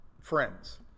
friends